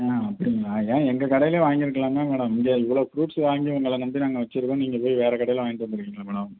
ம் அப்படிங்களா ஏன் எங்கள் கடையில் வாங்கிருக்கலாம்ல மேடம் இங்கே இவ்ளோ ஃப்ரூட்ஸ் வாங்கி உங்களை நம்பி நாங்கள் வச்சுருக்கோம் நீங்கள் போய் வேறு கடையில வாங்கிட்டு வந்துருக்கிங்களே மேடம்